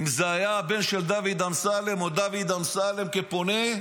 אם זה היה הבן של דוד אמסלם או דוד אמסלם כפונה,